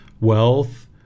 wealth